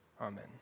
Amen